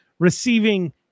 Receiving